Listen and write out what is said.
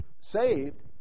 saved